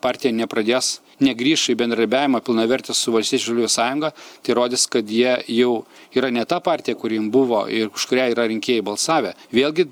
partija nepradės negrįš į bendradarbiavimą pilnavertį su valstiečių žaliųjų sąjunga tai rodys kad jie jau yra ne ta partija kuri jin buvo ir už kurią yra rinkėjai balsavę vėlgi